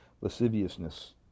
lasciviousness